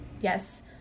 Yes